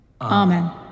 Amen